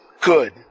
Good